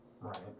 Right